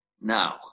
now